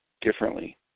differently